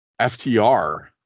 FTR